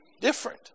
different